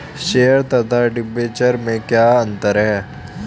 Share तथा debenture में क्या अंतर है?